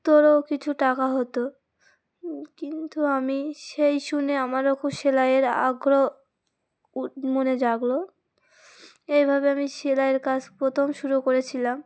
তোরও কিছু টাকা হতো কিন্তু আমি সেই শুনে আমারও খুব সেলাইয়ের আগ্রহ মনে জাগলো এইভাবে আমি সেলাইয়ের কাজ প্রথম শুরু করেছিলাম